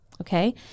Okay